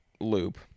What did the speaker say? loop